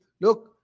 look